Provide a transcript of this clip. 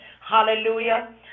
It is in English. Hallelujah